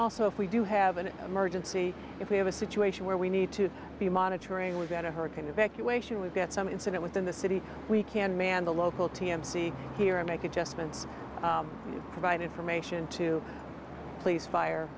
also if we do have an emergency if we have a situation where we need to be monitoring we've got a hurricane evacuation we've got some incident within the city we can man the local t m c here and make adjustments provide information to police fire